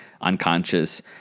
unconscious